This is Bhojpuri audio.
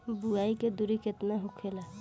बुआई के दूरी केतना होखेला?